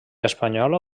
espanyola